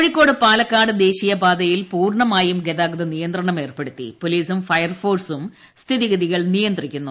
കോഴിക്കോട് പാലക്കാട് ദേശീയപാതയിൽ പൂർണമായും ഗതാഗത നിയന്ത്രണം ഏർപ്പെടുത്തി പോലീസും ഫയർഫോഴ്സും സ്ഥിതിഗതികൾ നിയന്ത്രിക്കുന്നു